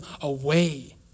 away